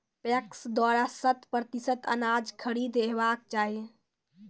PACS द्वारा शत प्रतिसत अनाज खरीद हेवाक चाही?